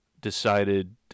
decided